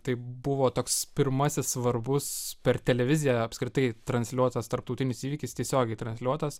tai buvo toks pirmasis svarbus per televiziją apskritai transliuotas tarptautinis įvykis tiesiogiai transliuotas